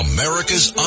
America's